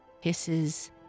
hisses